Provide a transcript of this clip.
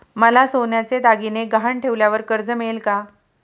मला सोन्याचे दागिने गहाण ठेवल्यावर कर्ज मिळेल का?